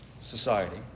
society